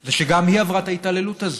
זה שגם היא עברה את ההתעללות הזאת.